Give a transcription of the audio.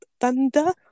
thunder